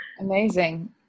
Amazing